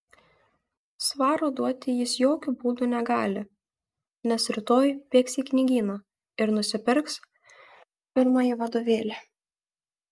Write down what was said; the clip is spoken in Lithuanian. svaro duoti jis jokiu būdu negali nes rytoj bėgs į knygyną ir nusipirks pirmąjį vadovėlį